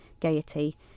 Gaiety